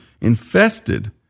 infested